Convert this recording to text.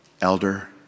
elder